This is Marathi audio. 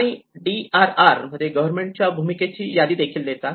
आणि ते DRR मध्ये गव्हर्मेंट च्या भूमिकेची यादीदेखील देतात